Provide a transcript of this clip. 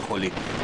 וכו'.